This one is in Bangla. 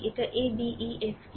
এটা a b e f a